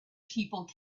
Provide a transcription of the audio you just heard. people